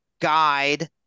guide